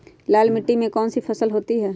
लाल मिट्टी में कौन सी फसल होती हैं?